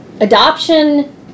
adoption